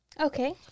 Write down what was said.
okay